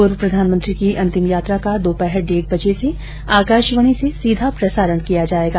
पूर्व प्रधानमंत्री की अंतिम यात्रा का दोपहर डेढ बजे से आकाशवाणी से सीधा प्रसारण किया जायेगा